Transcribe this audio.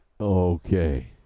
Okay